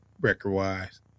record-wise